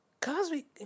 Cosby